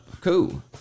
Cool